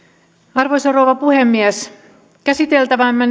arvoisa rouva puhemies käsiteltävänämme